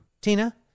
Tina